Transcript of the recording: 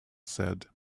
said